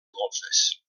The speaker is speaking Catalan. golfes